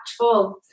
impactful